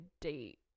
date